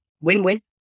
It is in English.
win-win